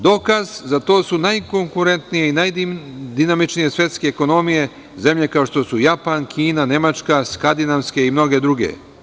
Dokaz za to su najkonkurentnije i najdinamičnije svetske ekonomije, zemlje kao što su Japan, Kina, Nemačka, skandinavske i mnoge druge.